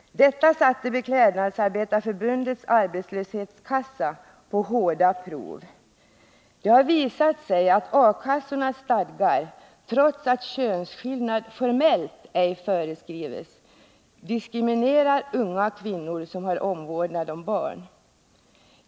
Detta satte Beklädnadsarbetareförbundets arbetslöshetskassa på hårda prov. Det har visat sig att A-kassornas stadgar, trots att könsskillnad formellt ej föreskrives, diskriminerar unga kvinnor som har omvårdnad om barn.